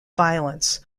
violence